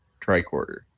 tricorder